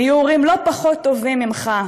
הם יהיו הורים לא פחות טובים ממך,